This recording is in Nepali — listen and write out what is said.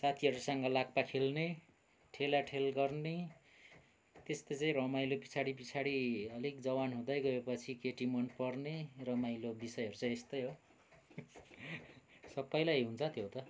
साथीहरूसँग लाप्पा खेल्ने ठेलाठेल गर्ने त्यस्तो चाहिँ रमाइलो पिछाडि पिछाडि अलिक जवान हुँदै गएपछि केटी मनपर्ने रमाइलो विषयहरू चाहिँ यस्तै हो सबैलाई हुन्छ त्यो त